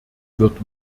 wird